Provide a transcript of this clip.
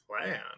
plan